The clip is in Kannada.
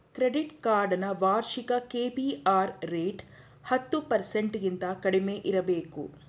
ಕ್ರೆಡಿಟ್ ಕಾರ್ಡ್ ನ ವಾರ್ಷಿಕ ಕೆ.ಪಿ.ಆರ್ ರೇಟ್ ಹತ್ತು ಪರ್ಸೆಂಟಗಿಂತ ಕಡಿಮೆ ಇರಬೇಕು